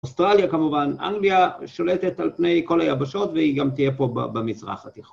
אוסטרליה כמובן, אנגליה שולטת על פני כל היבשות והיא גם תהיה פה במזרח התיכון.